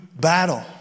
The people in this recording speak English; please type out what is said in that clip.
battle